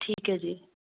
ਠੀਕ ਹੈ ਜੀ